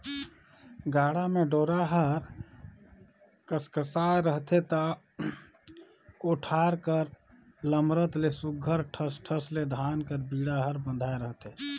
गाड़ा म डोरा हर कसकसाए रहथे ता कोठार कर लमरत ले सुग्घर ठस ठस ले धान कर बीड़ा हर बंधाए रहथे